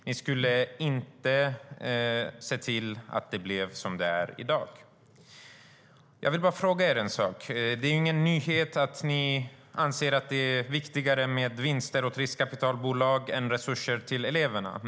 Ni skulle inte se till att det blev som det i själva verket är i dag. Jag vill fråga Moderaterna en sak. Det är ingen nyhet att ni anser att det är viktigare med vinster åt riskkapitalbolag än resurser till eleverna.